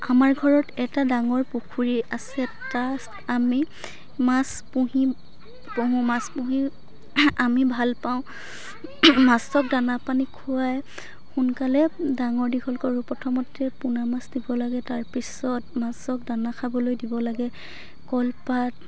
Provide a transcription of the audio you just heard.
আমাৰ ঘৰত এটা ডাঙৰ পুখুৰী আছে তাত আমি মাছ পুহি পুহো মাছ পুহি আমি ভালপাওঁ মাছক দানা পানী খুৱাই সোনকালে ডাঙৰ দীঘল কৰোঁ প্ৰথমতে পোনা মাছ দিব লাগে তাৰ পিছত মাছক দানা খাবলৈ দিব লাগে কলপাত